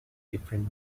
different